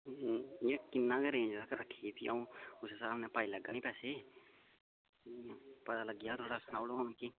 इ'यां किन्ना गै रेंज तक आक्खियै फ्ही अ'ऊं उस स्हाबें कन्नै पाई लैगा नी पैसे पता लग्गी जा थोह्ड़ा सनाई ओड़ो हां मिकी